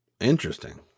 Interesting